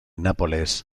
nápoles